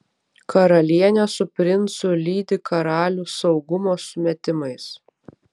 karalienė su princu lydi karalių saugumo sumetimais